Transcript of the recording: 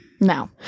no